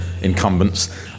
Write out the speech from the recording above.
incumbents